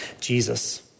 Jesus